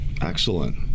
Excellent